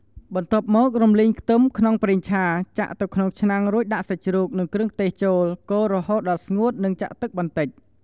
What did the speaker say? បន្ទាប់មក រំលីងខ្ទឹមក្នុងប្រេងឆា ចាក់ទៅក្នុងឆ្នាំងរួចដាក់សាច់ជ្រូក និងគ្រឿងទេសចូល កូររហូតដល់ស្ងួតនឹងចាក់ទឹកបន្តិច។